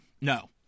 no